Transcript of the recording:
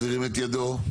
שירים את ידו?